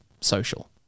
social